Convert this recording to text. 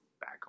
back